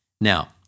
Now